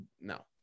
No